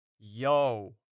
Yo